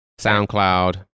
SoundCloud